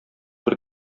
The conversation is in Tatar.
бер